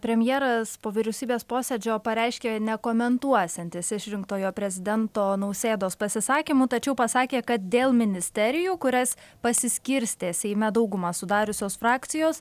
premjeras po vyriausybės posėdžio pareiškė nekomentuosiantis išrinktojo prezidento nausėdos pasisakymų tačiau pasakė kad dėl ministerijų kurias pasiskirstė seime daugumą sudariusios frakcijos